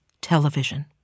television